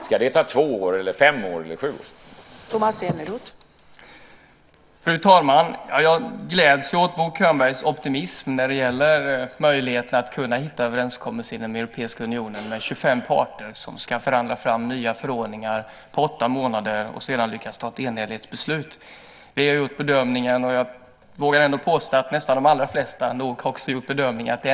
Ska det ta två, fem eller sju år?